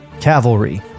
Cavalry